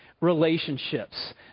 relationships